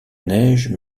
neige